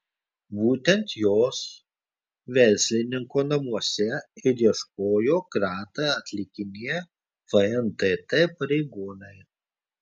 būtent jos verslininko namuose ir ieškojo kratą atlikinėję fntt pareigūnai